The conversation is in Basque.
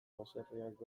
baserriak